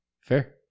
fair